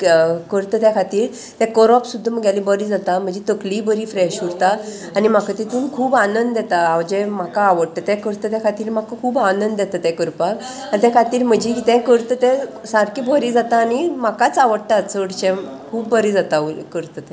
करता त्या खातीर तें करप सुद्दां मुगेलें बरीं जाता म्हजी तकलीय बरी फ्रेश उरता आनी म्हाका तितून खूब आनंद येता हांव जें म्हाका आवडटा तें करता त्या खातीर म्हाका खूब आनंद येता तें करपाक आनी तें खातीर म्हजी कितें करता तें सारकें बरी जाता आनी म्हाकाच आवडटा चडशें खूब बरें जाता करता तें